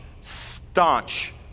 staunch